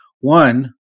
One